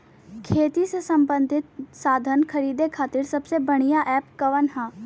खेती से सबंधित साधन खरीदे खाती सबसे बढ़ियां एप कवन ह?